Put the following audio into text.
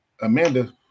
Amanda